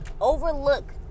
overlook